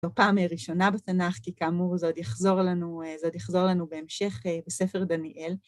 בפעם הראשונה בתנ״ך, כי כאמור זה עוד יחזור לנו זה עוד יחזור לנו בהמשך בספר דניאל.